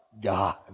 God